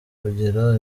kugira